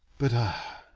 but ah,